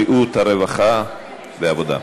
הרווחה והבריאות.